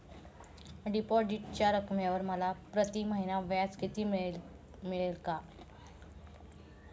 डिपॉझिटच्या रकमेवर मला प्रतिमहिना व्याज मिळेल का?